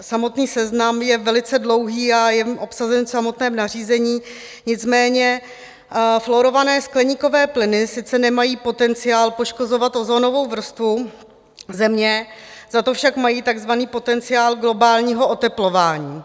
Samotný seznam je velice dlouhý a je obsažen v samotném nařízení, nicméně fluorované skleníkové plyny sice nemají potenciál poškozovat ozonovou vrstvu země, zato však mají takzvaný potenciál globálního oteplování.